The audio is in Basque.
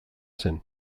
zen